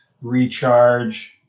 recharge